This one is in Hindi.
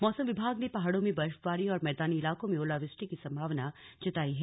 मौसम विभाग ने पहाड़ों में बर्फबारी और मैदानी इलाकों में ओलावृष्टि की संभावना जतायी है